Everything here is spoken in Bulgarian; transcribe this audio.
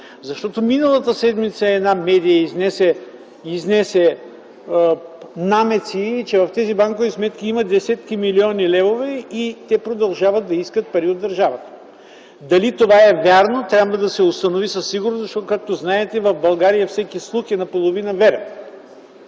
Защо миналата седмица една медия изнесе намеци, че в тези банкови сметки има десетки милиони левове и те продължават да искат пари от държавата? Дали това е вярно трябва да се установи със сигурност, защото, както знаете, в България всеки слух е наполовина верен.